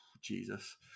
Jesus